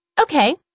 Okay